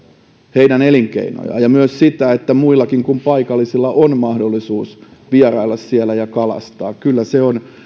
heidän elinkeinojaan ja myös sitä että muillakin kuin paikallisilla on mahdollisuus vierailla siellä ja kalastaa kyllä se on